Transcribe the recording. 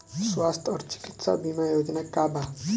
स्वस्थ और चिकित्सा बीमा योजना का बा?